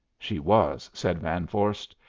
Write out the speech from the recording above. she was, said van vorst.